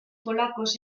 polacos